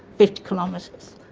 fifty kilometres.